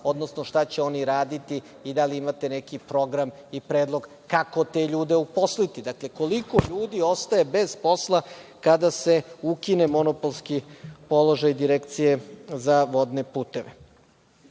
odnosno šta će oni raditi i da li imate neki program i predlog kako te ljude uposliti? Koliko ljudi ostaje bez posla kada se ukine monopolski položaj direkcije za vodne puteve? Ne